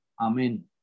Amen